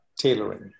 tailoring